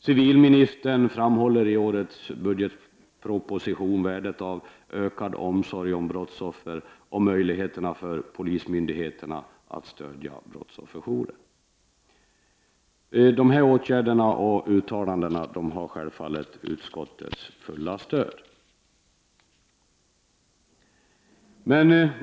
Civilministern framhåller i årets budgetproposition värdet av ökad omsorg om brottsoffer och möjligheterna för polismyndigheterna att stödja brottsofferjourer. Dessa åtgärder och uttalanden har självfallet utskottets fulla stöd.